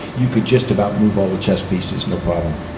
you could just about move all the chess pieces, no problem.